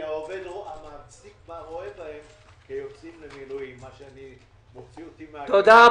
--- המעסיק רואה בהם כיוצאים למילואים - מה שמוציא אותי מדעתי.